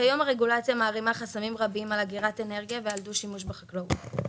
כיום הרגולציה מערימה חסמים רבים על אגירת אנרגיה ועל דו-שימוש בחקלאות.